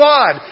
God